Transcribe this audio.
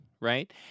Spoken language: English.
Right